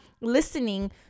listening